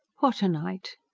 what a night!